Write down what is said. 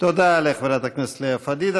תודה לחברת הכנסת לאה פדידה.